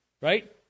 right